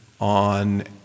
on